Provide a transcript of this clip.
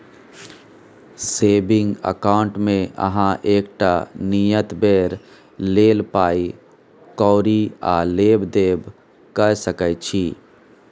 saving अकाउंटमे अहाँ एकटा नियत बेर लेल पाइ कौरी आ लेब देब कअ सकै छी